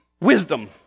Wisdom